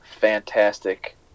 fantastic